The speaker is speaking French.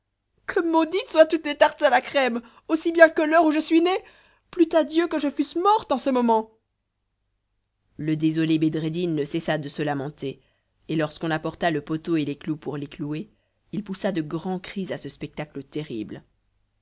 que maudites soient toutes les tartes à la crème aussi bien que l'heure où je suis né plût à dieu que je fusse mort en ce moment le désolé bedreddin ne cessa de se lamenter et lorsqu'on apporta le poteau et les clous pour l'y clouer il poussa de grands cris à ce spectacle terrible